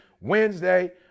wednesday